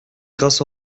grâce